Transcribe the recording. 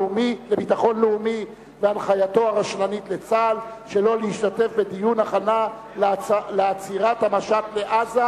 לאומי ובהנחייתו הרשלנית לצה"ל שלא להשתתף בדיון הכנה לעצירת המשט לעזה,